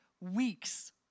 weeks